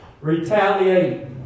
retaliate